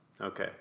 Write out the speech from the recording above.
Okay